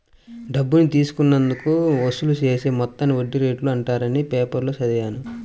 డబ్బు తీసుకున్నందుకు వసూలు చేసే మొత్తాన్ని వడ్డీ రేటు అంటారని పేపర్లో చదివాను